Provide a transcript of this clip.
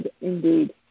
Indeed